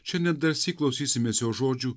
čia nedrąsiai klausysimės jo žodžių